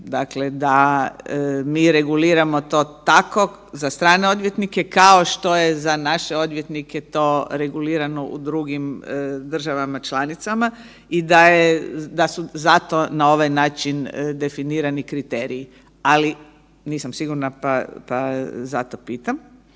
Dakle da mi reguliramo to tako za strane odvjetnike, kao što je za naše odvjetnike to regulirano u drugim državama članicama i da je, da su zato na ovaj način definirani kriteriji. Ali, nisam sigurna pa zato pitam.